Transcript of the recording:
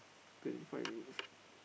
thirty five minutes